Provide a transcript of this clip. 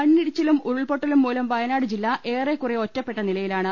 മണ്ണിടിച്ചിലും ഉരുൾപൊട്ടലും മൂലം വയനാട് ജില്ല ഏറെക്കുറെ ഒറ്റപ്പെട്ട നിലയിലാണ്